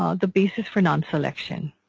ah the basis for non-selection.